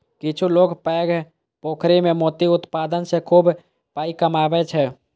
किछु लोक पैघ पोखरि मे मोती उत्पादन सं खूब पाइ कमबै छै